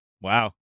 Wow